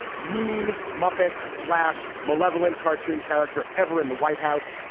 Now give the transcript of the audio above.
mean, muppet slash malevolent cartoon character ever in the white house.